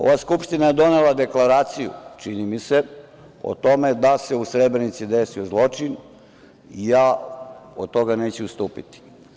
Ova skupština je donela Deklaraciju, čini mi se, o tome da se u Srebrenici desio zločin i ja od toga neću odstupiti.